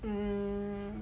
mm